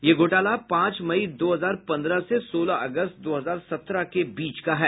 यह घोटाला पांच मई दो हजार पन्द्रह से सोलह अगस्त दो हजार सत्रह के बीच का है